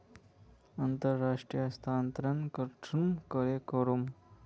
अंतर्राष्टीय स्थानंतरण कुंसम करे करूम?